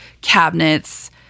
cabinets